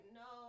no